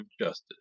justice